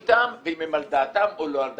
איתם ואם הם על דעתם או לא על דעתם?